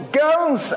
girls